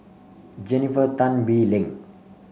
Jennifer Tan Bee Leng